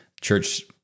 church